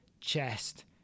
chest